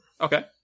Okay